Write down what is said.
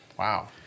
wow